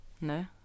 no